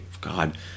god